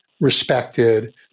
respected